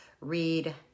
read